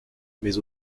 mais